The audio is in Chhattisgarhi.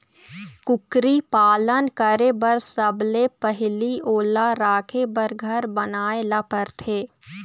कुकरी पालन करे बर सबले पहिली ओला राखे बर घर बनाए ल परथे